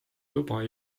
luba